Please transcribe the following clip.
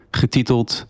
getiteld